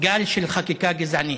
גל של חקיקה גזענית.